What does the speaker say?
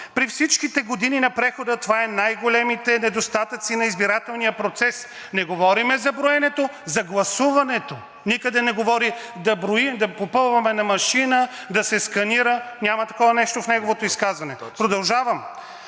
„При всичките години на прехода това са най-големите недостатъци на избирателния процес, не говорим за броенето – за гласуването!“ Никъде не говори да попълваме на машина, да се сканира, няма такова нещо в неговото изказване. Продължавам.